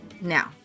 Now